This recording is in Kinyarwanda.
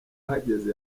ahageze